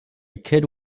kid